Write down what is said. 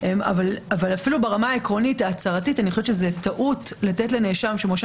אבל אפילו ברמה העקרונית ההצהרתית זו טעות לתת לנאשם שמואשם